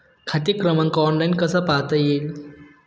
खाते क्रमांक ऑनलाइन कसा पाहता येईल?